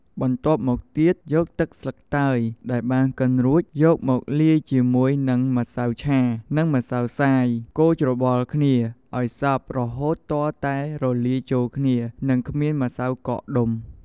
បន្ទាប់មកទៀតយកទឹកតើយដែលបានកិនរួចយកមកលាយជាមួយនឹងម្សៅឆានិងម្សៅខ្សាយកូរច្របល់គ្នាឲ្យសព្វរហូតទាល់តែរលាយចូលគ្នានិងគ្មានម្សៅកកដុំ។